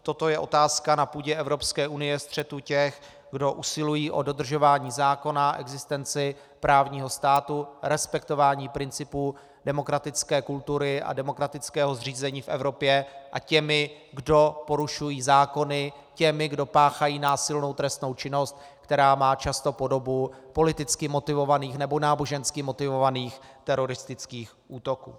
Toto je otázka na půdě Evropské unie střetu těch, kdo usilují o dodržování zákona, existenci právního státu, respektování principů demokratické kultury a demokratického zřízení v Evropě, a těch, kdo porušují zákony, těch, kdo páchají násilnou trestnou činnost, která má často podobu politicky motivovaných nebo nábožensky motivovaných teroristických útoků.